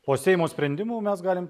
po seimo sprendimo mes galim